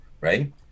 right